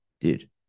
Dude